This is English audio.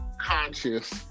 conscious